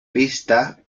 pista